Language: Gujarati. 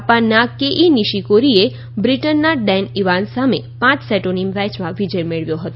જાપાનના કેઈ નીશીકોરીએ બ્રિટનના ડેન ઈવાન્સ સામે પાંચ સેટોની મેયમાં વિજય મેળવ્યો હતો